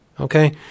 okay